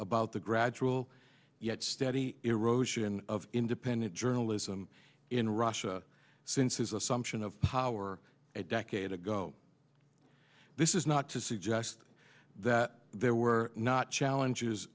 about the gradual yet steady erosion of independent journalism in russia since his assumption of power a decade ago this is not to suggest that there were not challenges